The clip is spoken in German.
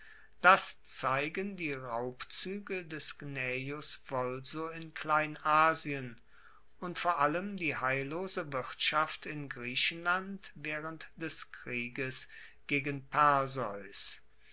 das zeigen die raubzuege des gnaeus volso in kleinasien und vor allem die heillose wirtschaft in griechenland waehrend des krieges gegen